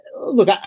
Look